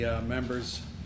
members